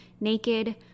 naked